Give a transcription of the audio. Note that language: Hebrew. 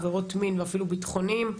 עבירות מין ואפילו ביטחוניים,